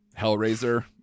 Hellraiser